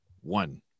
one